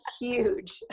huge